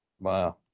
wow